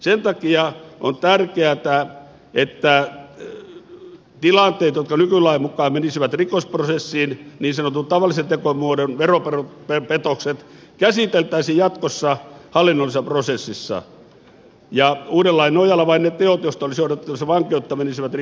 sen takia on tärkeätä että tilanteet jotka nykylain mukaan menisivät rikosprosessiin niin sanotun tavallisen tekomuodon veropetokset käsiteltäisiin jatkossa hallinnollisessa prosessissa ja uuden lain nojalla vain ne teot joista olisi odotettavissa vankeutta menisivät rikosprosessiin